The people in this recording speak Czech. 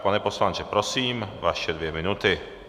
Pane poslanče, prosím, vaše dvě minuty.